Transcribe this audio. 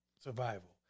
survival